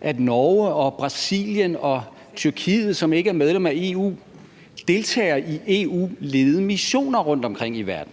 at Norge og Brasilien og Tyrkiet, som ikke er medlem af EU, deltager i EU-ledede missioner rundtomkring i verden.